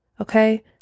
Okay